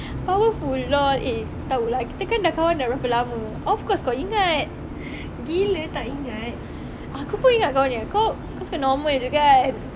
powerful LOL eh tahu lah kita kan dah kawan dah berapa lama of course kau ingat gila tak ingat aku pun ingat kau nya kau kau suka normal jer kan